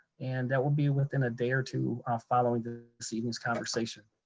and that will be within a day or two following the so evening's conversation.